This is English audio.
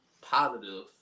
positive